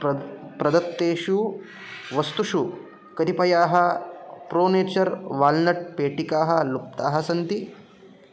प्रद् प्रदत्तेषु वस्तुषु कतिपयाः प्रो नेचर् वाल्नट् पेटिकाः लुप्ताः सन्ति